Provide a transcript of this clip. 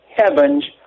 heavens